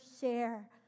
share